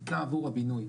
ניתנה עבור הבינוי,